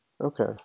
okay